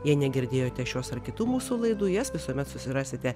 jei negirdėjote šios ar kitų mūsų laidų jas visuomet susirasite